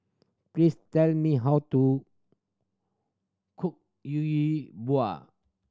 please tell me how to cook Yi Bua